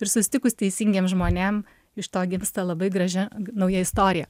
ir susitikus teisingiem žmonėm iš to gimsta labai graži nauja istorija